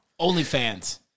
OnlyFans